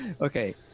Okay